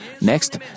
Next